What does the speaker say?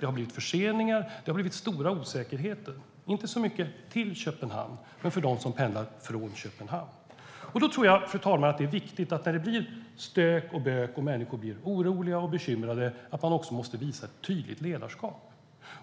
Det har blivit förseningar. Det har blivit stora osäkerheter. Det gäller inte så mycket för dem till Köpenhamn, däremot för dem som pendlar från Köpenhamn. När det blir stök och bök och människor blir oroliga och bekymrade är det viktigt, fru talman, att man visar ett tydligt ledarskap.